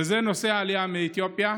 וזה נושא העלייה מאתיופיה.